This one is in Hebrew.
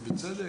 ובצדק